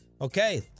Okay